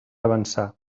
avançar